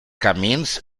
camins